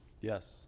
Yes